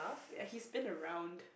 he's been around